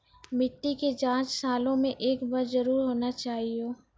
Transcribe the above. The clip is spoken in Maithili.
मिट्टी के जाँच सालों मे एक बार जरूर होना चाहियो?